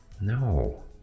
No